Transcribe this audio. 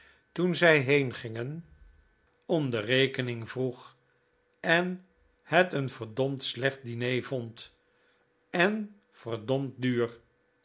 toen zij heengingen om de rekening vroeg en het een verd slecht diner vond en verd